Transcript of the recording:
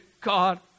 God